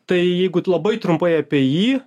tai jeigu labai trumpai apie jį